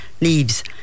Leaves